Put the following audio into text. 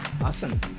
Awesome